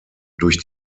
durch